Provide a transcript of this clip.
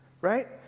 right